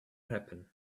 happen